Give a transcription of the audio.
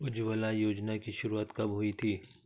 उज्ज्वला योजना की शुरुआत कब हुई थी?